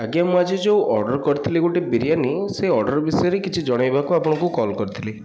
ଆଜ୍ଞା ମୁଁ ଆଜି ଯେଉଁ ଅର୍ଡ଼ର କରିଥିଲି ଗୋଟେ ବିରିୟାନୀ ସେ ଅର୍ଡ଼ର ବିଷୟରେ କିଛି ଜଣେଇବାକୁ ଆପଣଙ୍କୁ କଲ୍ କରିଥିଲି